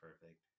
perfect